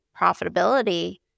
profitability